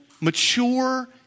mature